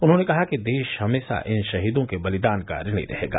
उन्होंने कहा कि देश हमेशा इन शहीदों के बलिदान का ऋणी रहेगा